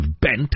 bent